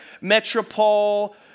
metropole